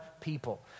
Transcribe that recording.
people